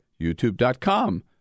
youtube.com